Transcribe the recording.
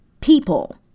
people